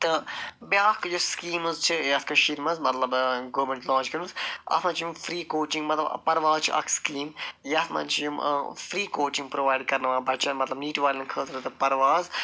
تہٕ بیٛاکھ یُس سِکیٖمز چھِ یتھ کٔشیٖرِ منٛز مطلب گورمینٹن لانچ کٔرمٕژ اَتھ منٛز چھِ یِم فرٛی کوچِنٛگ مطلب پرواز چھِ اَکھ سِکیٖم یتھ منٛز چھِ یِم فرٛی کوچِنٛگ پرٛووایڈ کرناوان بچن مطلب نیٖٹ والٮ۪ن خٲطرٕ تہٕ پرواز